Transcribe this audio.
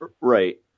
Right